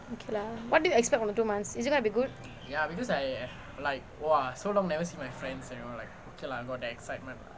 okay lah what do you expect from the two months is it gonna be good